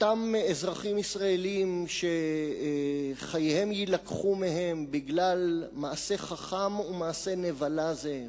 אותם אזרחים ישראלים שחייהם יילקחו מהם בגלל מעשה חכם ומעשה נבלה זה,